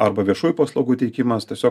arba viešųjų paslaugų teikimas tiesiog